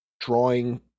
drawing